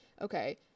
okay